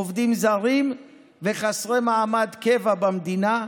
עובדים זרים וחסרי מעמד קבע במדינה,